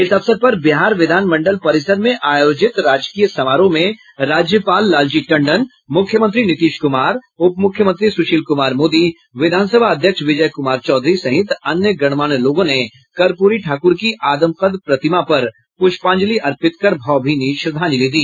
इस अवसर पर बिहार विधान मंडल परिसर में आयोजित राजकीय समारोह में राज्यपाल लालजी टंडन मुख्यमंत्री नीतीश कुमार उप मुख्यमंत्री सुशील कुमार मोदी विधानसभा अध्यक्ष विजय कुमार चौधरी सहित अन्य गणमान्य लोगों ने कर्प्री ठाकूर की आदमकद प्रतिमा पर प्रष्पांजलि अर्पित कर भावभीनी श्रद्धांजलि दी